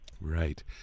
Right